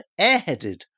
airheaded